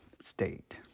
state